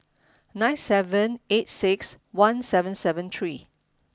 nine seven eight six one seven seven three